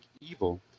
evil